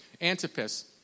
Antipas